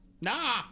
nah